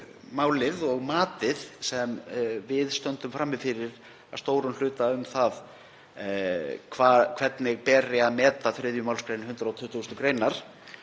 málið og matið sem við stöndum frammi fyrir að stórum hluta um það hvernig beri að meta 3. mgr. 120. gr. þar